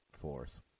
force